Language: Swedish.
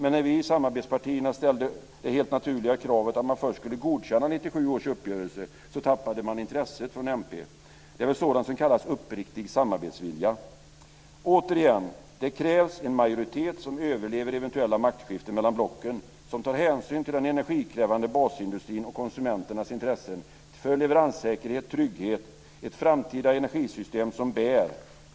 Men när vi i samarbetspartierna ställde det helt naturliga kravet att man först skulle godkänna 1997 års uppgörelse tappade man intresset från mp. Det är väl sådant som kallas uppriktig samarbetsvilja. Återigen, det krävs en majoritet som överlever eventuella maktskiften mellan blocken och som tar hänsyn till den energikrävande basindustrin och konsumenternas intressen, för leveranssäkerhet, trygghet och ett framtida energisystem som bär.